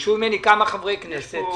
ביקשו ממני כמה חברי כנסת.